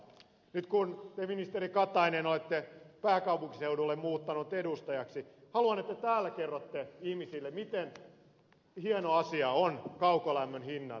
nyt kun te ministeri katainen olette pääkaupunkiseudulle muuttanut edustajaksi haluan että te täällä kerrotte ihmisille miten hieno asia on kaukolämmön hinnan korottaminen